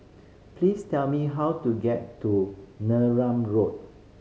please tell me how to get to Neram Road